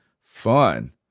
fun